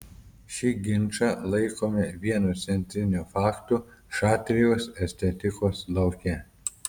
šį ginčą laikome vienu centrinių faktų šatrijos estetikos lauke